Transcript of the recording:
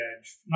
edge